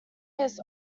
his